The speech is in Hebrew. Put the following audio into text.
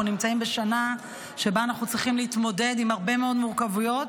אנחנו נמצאים בשנה שבה אנחנו צריכים להתמודד עם הרבה מאוד מורכבויות,